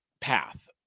path